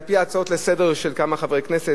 על-פי ההצעות לסדר-היום של כמה חברי כנסת,